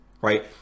right